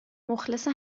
مخلص